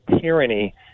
tyranny